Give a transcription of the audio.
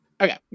okay